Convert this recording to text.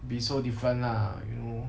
be so different lah you know